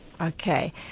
Okay